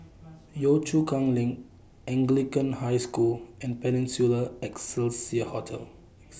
Yio Chu Kang LINK Anglican High School and Peninsula Excelsior Hotel